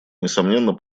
несомненно